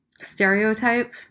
stereotype